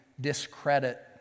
discredit